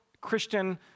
Christian